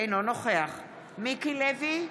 אינו נוכח מיקי לוי,